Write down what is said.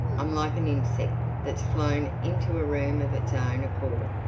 i'm like an insect that's flown into a room of its own accord.